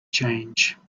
change